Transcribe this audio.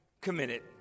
committed